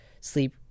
sleep